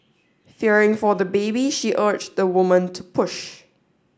fearing for the baby she urged the woman to push